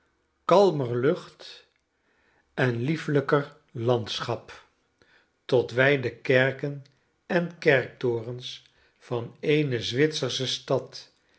kalmer lucht en liefelijker landscbap tot wij dekerkenenkerktorens van eene zwitsersche stad